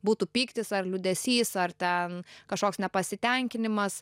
būtų pyktis ar liūdesys ar ten kažkoks nepasitenkinimas